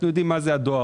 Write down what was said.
אנו יודעים מה זה הדואר.